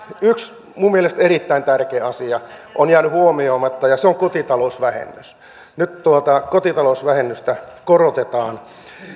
yksi minun mielestäni erittäin tärkeä asia on jäänyt huomioimatta ja se on kotitalousvähennys nyt tuota kotitalousvähennystä korotetaan